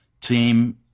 Team